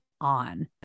on